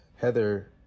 Heather